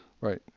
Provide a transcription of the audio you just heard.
right